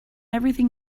everything